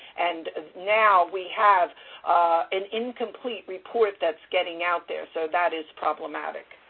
and now, we have an incomplete report that's getting out there. so, that is problematic.